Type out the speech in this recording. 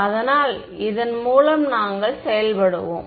அதனால் இதன் மூலம் நாங்கள் செயல்படுவோம்